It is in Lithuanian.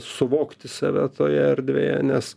suvokti save toje erdvėje nes